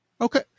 Okay